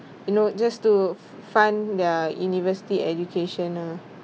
you know just to fund their university education ah